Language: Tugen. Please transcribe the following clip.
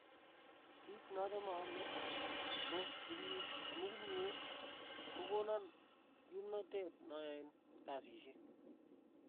Kit nachame aame ko kimyee, amu kimyee ko konan kimnatet na yaye kasishek.